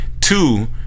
Two